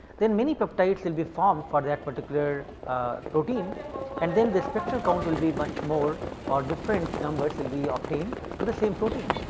then many peptides will be formed for that particular protein and then the spectral count will be much more or different numbers will be obtained for the same protein.